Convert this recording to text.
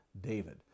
David